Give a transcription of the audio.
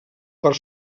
per